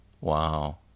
Wow